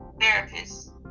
therapist